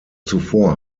zuvor